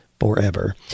forever